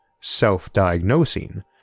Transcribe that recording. self-diagnosing